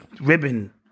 ribbon